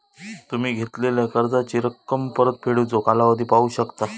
तुम्ही घेतलेला कर्जाची रक्कम, परतफेडीचो कालावधी पाहू शकता